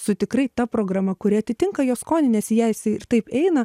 su tikrai ta programa kuri atitinka jo skonį nes į ją jisai ir taip eina